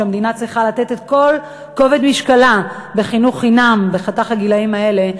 המדינה צריכה לתת את כל כובד משקלה בחינוך חינם בחתך הגילאים האלה.